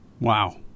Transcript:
Wow